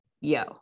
yo